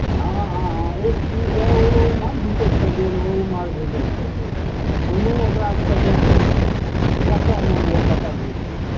हँ हँ हँ ई ओ ऊमहर घुसैक कऽ गेल ओ ऊमहर घुसैक कऽ गेल कोनो ओकरा सबके जाइते पाइत नहि जतए मोन भेल ततए घुसि गेल